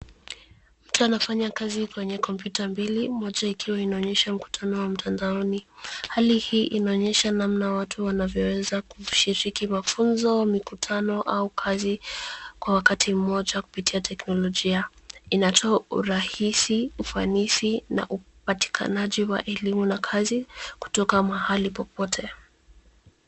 Mtu anafanya kazi kwenye kompyuta mbili moja ikiwa inaonyesha mkutano wa mtandaoni. Hali hii inaonyesha namna watu wanavyoweza kushiriki mafunzo, mikutano au kazi kwa wakati mmoja kupitia teknolojia. Inatoa urahisi, ufanisi na upatikanaji wa elimu na kazi kutoka mahali popote.